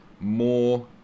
more